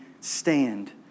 stand